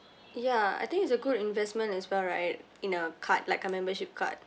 ya I think it's a good investment as well right in a card like a membership card